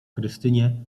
krystynie